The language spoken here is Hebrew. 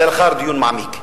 אלא לאחר דיון מעמיק,